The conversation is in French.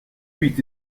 huit